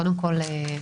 קודם כול,